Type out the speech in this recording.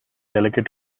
delicate